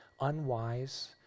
unwise